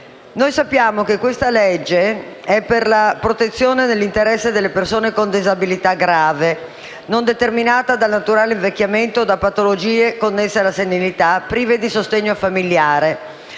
Noi sappiamo che il provvedimento in esame è diretta alla protezione dell'interesse delle persone con disabilità grave, non determinata dal naturale invecchiamento o da patologie connesse alla senilità, prive di sostegno familiare